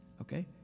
okay